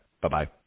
Bye-bye